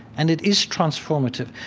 and it is transformative.